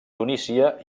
tunísia